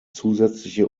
zusätzliche